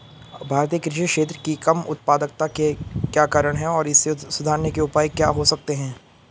भारतीय कृषि क्षेत्र की कम उत्पादकता के क्या कारण हैं और इसे सुधारने के उपाय क्या हो सकते हैं?